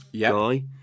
guy